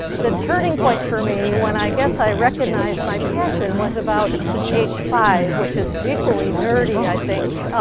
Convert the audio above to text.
the turning point for me, when i guess i recognized my passion, was about age five, which is equally nerdy, i think.